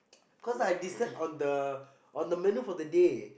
cause I decide on the on the menu for the day